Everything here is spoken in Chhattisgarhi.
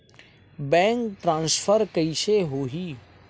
बैंक ट्रान्सफर कइसे होही?